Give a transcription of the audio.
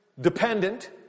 dependent